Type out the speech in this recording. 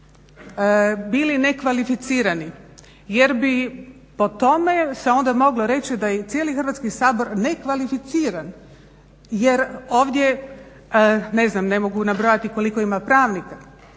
bili nekvalificirani jer bi po tome se onda moglo reći da je i cijeli Hrvatski sabor nekvalificiran jer ovdje, ne mogu nabrojati koliko ima pravnika